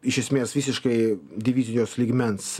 iš esmės visiškai divizijos lygmens